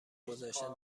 گذاشتن